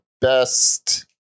best